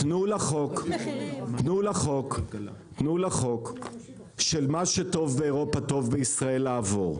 תנו לחוק של מה שטוב באירופה טוב בישראל לעבור.